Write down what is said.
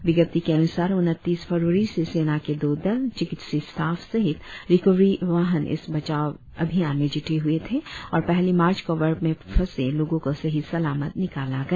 विज्ञप्ति के अन्सार उनतीस फरवरी से सेना के दो दल चिकित्सीय स्टाफ सहित रिकोवेरी वाहन इस बचाव अभियान में जूटे हुए थे और पहली मार्च को बर्फ में फंसे लोगों को सही सलाहमत निकाला गया